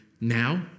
now